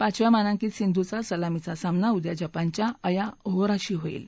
पाचव्या मानांकित सिंधूचा सलामीचा सामना उद्या जपानच्या अया ओहोरोशी होईल